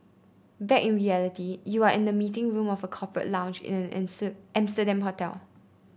back in reality you are in the meeting room of a corporate lounge in an Amsterdam hotel